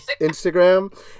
Instagram